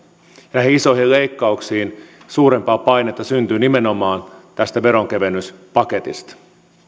näihin isoihin leikkauksiin syntyy suurempaa painetta nimenomaan tästä veronkevennyspaketista